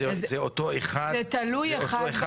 זה אותו אחד ב-ותמ"ל?